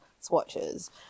swatches